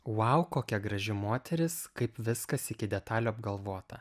vau kokia graži moteris kaip viskas iki detalių apgalvota